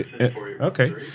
okay